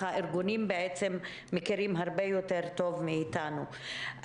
הארגונים בעצם מכירים הרבה יותר טוב מאיתנו.